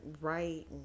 right